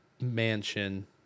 mansion